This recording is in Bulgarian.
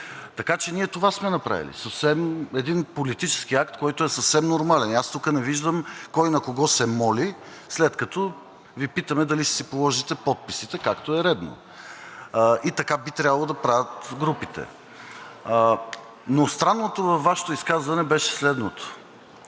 Така че ние това сме направили. Един политически акт, който е съвсем нормален и аз тук не виждам кой на кого се моли, след като Ви питаме дали ще си положите подписите, както е редно. И така би трябвало да правят групите. Но странното във Вашето изказване беше следното